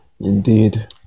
Indeed